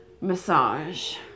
massage